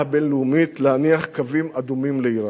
הבין-לאומית להניח קווים אדומים לאירן.